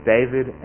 David